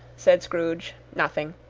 said scrooge. nothing.